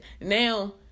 Now